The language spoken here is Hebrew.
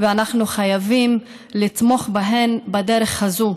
ואנחנו חייבים לתמוך בהן בדרך הזו.